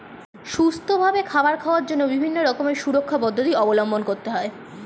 সুষ্ঠুভাবে খাবার খাওয়ার জন্য বিভিন্ন রকমের সুরক্ষা পদ্ধতি অবলম্বন করতে হয়